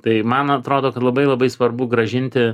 tai man atrodo kad labai labai svarbu grąžinti